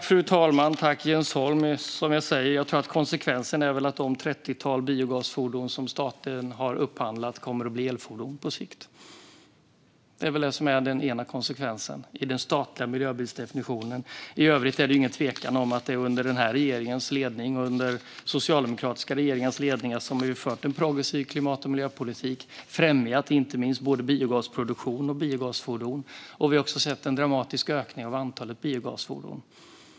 Fru talman! Som jag säger tror jag att konsekvensen är att det trettiotal biogasfordon som staten har upphandlat kommer att bli elfordon på sikt. Det är väl den ena konsekvensen i den statliga miljöbilsdefinitionen. I övrigt är det inget tvivel om att det är under den här regeringens ledning och under socialdemokratiska regeringars ledning som vi har fört en progressiv klimat och miljöpolitik och främjat både biogasproduktion och biogasfordon. Vi har också sett en dramatisk ökning av antalet biogasfordon.